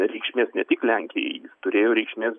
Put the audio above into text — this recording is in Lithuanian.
reikšmės ne tik lenkijai jis turėjo reikšmės